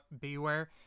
beware